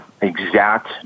exact